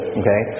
okay